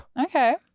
Okay